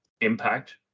Impact